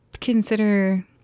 consider